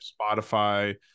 spotify